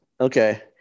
okay